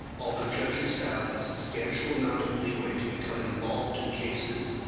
although judges have a substantial amount of leeway to become involved in cases,